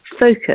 focus